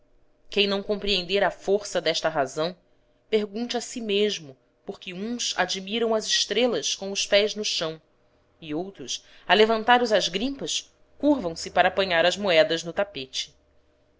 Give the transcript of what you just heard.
quem não compreender a força desta razão pergunte a si mesmo por que uns admiram as estrelas com os pés no chão e outros alevantados às grimpas curvam se para apanhar as moedas no tapete